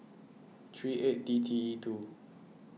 three eight D T E two